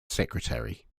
secretary